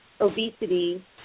obesity